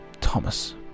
Thomas